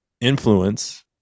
influence